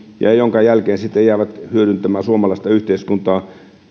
jonka jälkeen sitten jäävät hyödyntämään suomalaista yhteiskuntaa